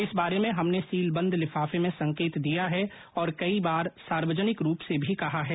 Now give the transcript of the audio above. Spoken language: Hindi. इस बारे में हमने सील बंद लिफाफे में संकेत दिया है और कई बार सार्वजनिक रूप से भी कहा है